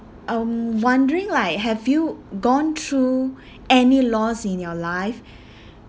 I'm wondering like have you gone through any loss in your life